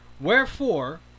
Wherefore